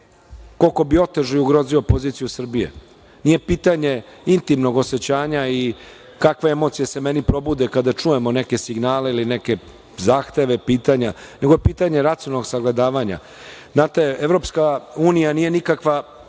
koliko bih otežao i ugrozio poziciju Srbije. Nije pitanje intimnog osećanja i kakve emocije se u meni probude kada čujemo neke signale ili neke zahteve, pitanja, nego je pitanje racionalnog sagledavanja. Znate, Evropska unija nije nikakva